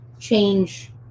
change